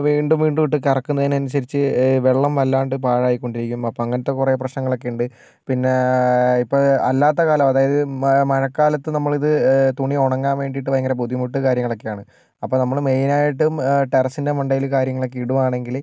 വീണ്ടും വീണ്ടും ഇട്ട് കറക്കുന്നതിനനുസരിച്ച് വെള്ളം വല്ലാണ്ട് പാഴായിക്കൊണ്ടിരിക്കും അപ്പോൾ അങ്ങനത്തെ കുറെ പ്രശ്നങ്ങളൊക്കെ ഉണ്ട് പിന്നെ ഇപ്പോൾ അല്ലാത്ത കാലം അതായത് മഴക്കാലത്ത് നമ്മളിത് തുണി ഉണങ്ങാൻ വേണ്ടിട്ട് ഭയങ്കര ബുദ്ധിമുട്ട് കാര്യങ്ങളൊക്കെയാണ് അപ്പോൾ നമ്മൾ മെയിൻ ആയിട്ടും ടെറസിന്റെ മണ്ടേൽ കാര്യങ്ങളൊക്കെ ഇടുവാണെങ്കിൽ